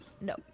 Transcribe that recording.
no